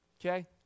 okay